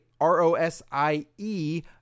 R-O-S-I-E